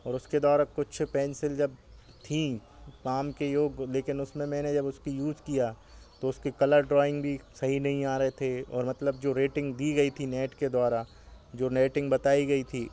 और उसके द्वारा कुछ पेंसिल जब थीं काम के योग लेकिन उसमें मैंने जब उसको यूज किया तो उसके कलर ड्रॉइंग भी सही नहीं आ रहे थे और मतलब जो रेटिंग दी गई थी नेट के द्वारा जो नेटिंग बताई गई थी